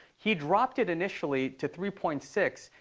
he dropped it initially to three point six.